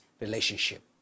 relationship